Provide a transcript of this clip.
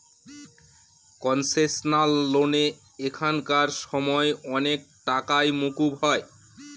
concessional লোনে এখানকার সময় অনেক টাকাই মকুব হয়